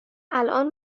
الآن